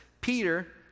Peter